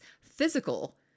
physical